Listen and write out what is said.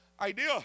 idea